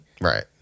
right